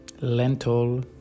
lentil